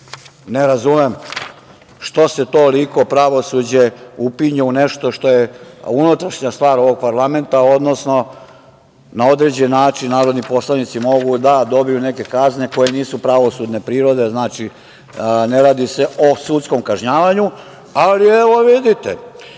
ne razumem što se toliko pravosuđe upinje u nešto što je unutrašnja stvar ovog parlamenta, odnosno na određen način narodni poslanici mogu da dobiju neke kazne koje nisu pravosudne prirode. Znači, ne radi se o sudskom kažnjavanju, ali evo vidite,